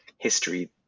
history